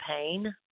pain